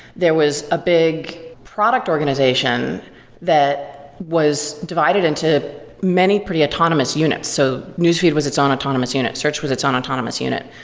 there was a big product organization that was divided into many pretty autonomous units. so newsfeed was its own autonomous unit. search was its own autonomous unit.